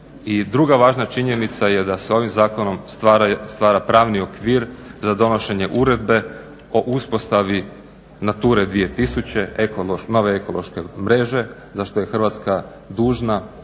druga važna činjenica je da se ovim zakonom stvara pravni okvir za donošenje uredbe o uspostavi NATURA 2000. nove ekološke mreže za što je Hrvatska dužna,